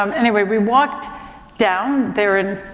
um anyway, we walked down they're in,